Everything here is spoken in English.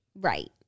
Right